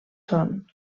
són